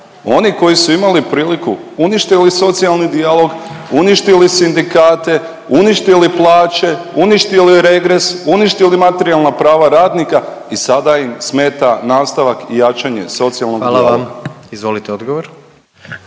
Oni koji su imali priliku, uništili socijalni dijalog, uništili sindikate, uništili plaće, uništili regres, uništili materijalna prava radnika i sada im smeta nastavak i jačanje socijalnog dijaloga. **Jandroković,